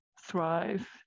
thrive